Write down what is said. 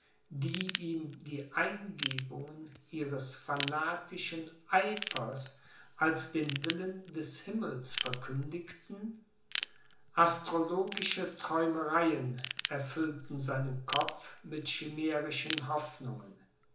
die ihm die eingebungen ihres fanatischen eifers als den willen des himmels verkündigten astrologische träumereien erfüllten seinen kopf mit chimärischen hoffnungen